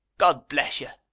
god bless you!